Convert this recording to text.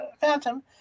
phantom